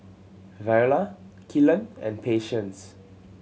Viola Kylan and Patience